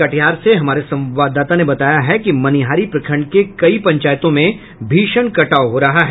कटिहार से हमारे संवाददाता ने बताया है कि मनिहारी प्रखंड के कई पंचायतों में भीषण कटाव हो रहा है